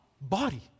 body